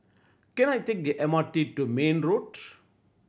can I take the M R T to Mayne Road